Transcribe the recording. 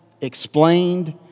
explained